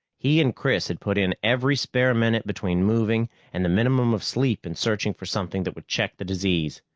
he and chris had put in every spare minute between moving and the minimum of sleep in searching for something that would check the disease.